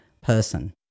person